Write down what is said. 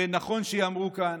ונכון שייאמרו כאן.